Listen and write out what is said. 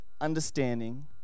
understanding